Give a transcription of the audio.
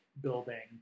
building